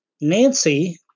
Nancy